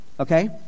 Okay